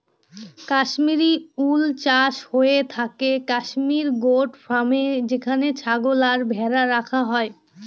কাশ্মিরী উল চাষ হয়ে থাকে কাশ্মির গোট ফার্মে যেখানে ছাগল আর ভেড়া রাখা হয়